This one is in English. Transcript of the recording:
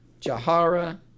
Jahara